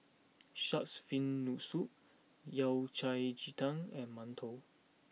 Shark's Fin no Soup Yao Cai Ji Tang and Mantou